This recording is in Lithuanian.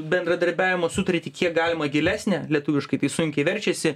bendradarbiavimo sutartį kiek galima gilesnę lietuviškai tai sunkiai verčiasi